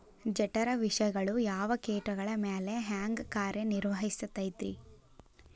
ಜಠರ ವಿಷಗಳು ಯಾವ ಕೇಟಗಳ ಮ್ಯಾಲೆ ಹ್ಯಾಂಗ ಕಾರ್ಯ ನಿರ್ವಹಿಸತೈತ್ರಿ?